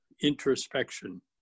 introspection